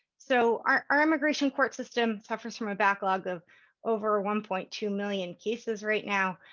so our our immigration court system suffers from a backlog of over one point two million cases right now,